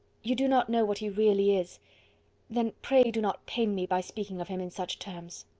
you do not know what he really is then pray do do not pain me by speaking of him in such terms.